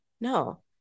no